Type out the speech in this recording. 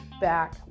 back